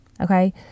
Okay